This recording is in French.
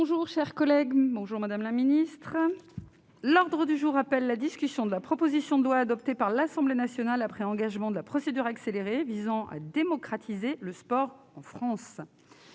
La séance est reprise. L'ordre du jour appelle la discussion de la proposition de loi, adoptée par l'Assemblée nationale après engagement de la procédure accélérée, visant à démocratiser le sport en France